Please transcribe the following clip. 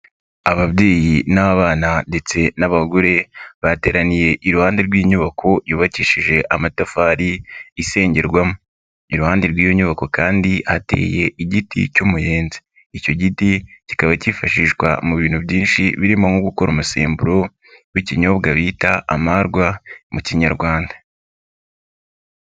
Ababyeyi n'abana ndetse n'abagore bateraniye iruhande rw'inyubako yubakishije amatafari isengerwamo. Iruhande rw'iyo nyubako kandi hateye igiti cy'umuyenzi, icyo giti kikaba kifashishwa mu bintu byinshi birimo nko gukora umusemburo w'ikinyobwa bita amarwa mu Kinyarwanda.